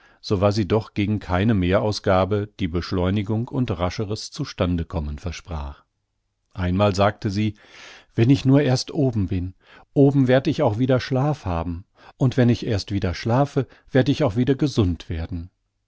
so war sie doch gegen keine mehrausgabe die beschleunigung und rascheres zustandekommen versprach einmal sagte sie wenn ich nur erst oben bin oben werd ich auch wieder schlaf haben und wenn ich erst wieder schlafe werd ich auch wieder gesund werden